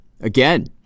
Again